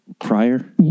prior